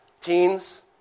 teens